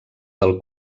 del